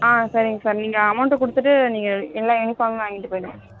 ஆ சரிங்க சார் நீங்கள் அமௌன்ட் கொடுத்துட்டு நீங்கள் எல்லா யூனிஃபார்மையும் வாங்கிட்டு போய்விடுங்க